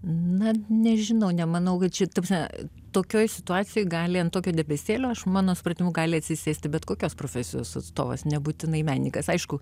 na nežinau nemanau kad čia ta prasme tokioj situacijoj gali ant tokio debesėlio aš mano supratimu gali atsisėsti bet kokios profesijos atstovas nebūtinai menininkas aišku